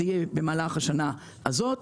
וזה יהיה במהלך השנה הזאת.